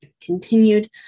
continued